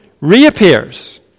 reappears